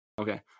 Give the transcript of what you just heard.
Okay